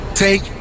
take